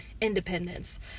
independence